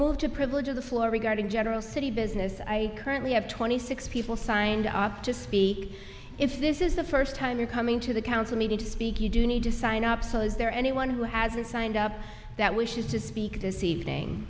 move to privilege of the floor regarding general city business i currently have twenty six people signed up to speak if this is the first time you're coming to the council meeting to speak you do need to sign up so is there anyone who hasn't signed up that wishes to speak this evening